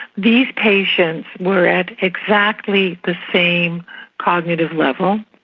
these patients were at exactly the same cognitive level.